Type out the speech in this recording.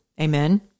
Amen